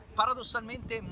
paradossalmente